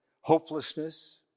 hopelessness